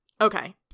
Okay